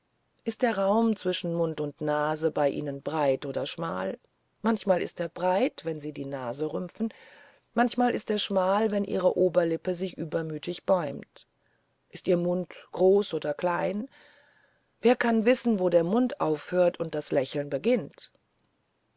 ist der raum zwischen nase und mund bei ihnen breit oder schmal manchmal ist er breit wenn sie die nase rümpfen manchmal ist er schmal wenn ihre oberlippe sich übermütig bäumt ist ihr mund groß oder klein wer kann wissen wo der mund aufhört und das lächeln beginnt